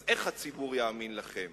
אז איך הציבור יאמין לכם?